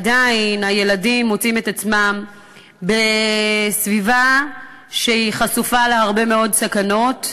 עדיין הילדים מוצאים את עצמם בסביבה החשופה להרבה מאוד סכנות.